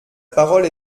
parole